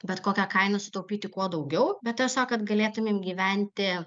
bet kokia kaina sutaupyti kuo daugiau bet tiesiog kad galėtumėm gyventi